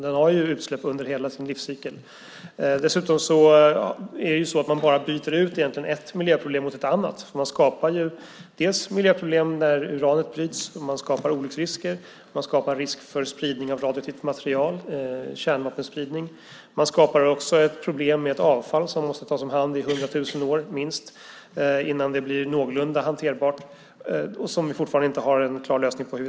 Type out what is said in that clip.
Den har utsläpp under hela sin livscykel. Dessutom byter man bara ut ett miljöproblem mot ett annat. Man skapar miljöproblem där uranet bryts, man skapar olycksrisker och man skapar risk för spridning av radioaktivt material och kärnvapenspridning. Man skapar också ett problem med ett avfall som måste tas om hand i minst 100 000 år innan det blir någorlunda hanterbart. Det har vi fortfarande ingen klar lösning på.